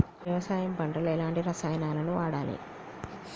వ్యవసాయం పంట లో ఎలాంటి రసాయనాలను వాడాలి?